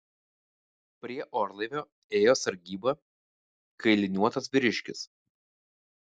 prie orlaivio ėjo sargybą kailiniuotas vyriškis